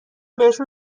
بهشون